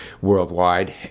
worldwide